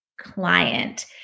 client